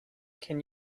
can